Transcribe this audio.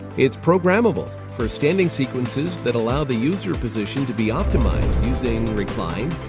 it's programmable for standing sequences that allow the user position to be optimized using reclined,